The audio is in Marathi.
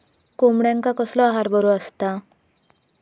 कोंबड्यांका कसलो आहार बरो असता?